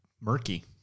murky